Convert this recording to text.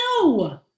No